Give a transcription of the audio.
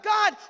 God